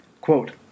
Quote